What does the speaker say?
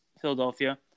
Philadelphia